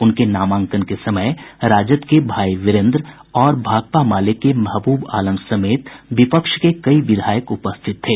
उनके नामांकन के समय राजद के भाई वीरेन्द्र और भाकपा माले के महबूब आलम समेत विपक्ष के कई विधायक उपस्थित थे